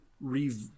re